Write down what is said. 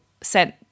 sent